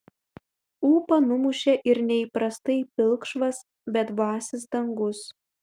ūpą numušė ir neįprastai pilkšvas bedvasis dangus